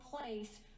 place